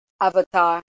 Avatar